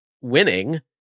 winning